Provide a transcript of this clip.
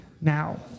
Now